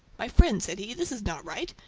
my friend, said he, this is not right.